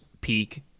peak